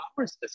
hours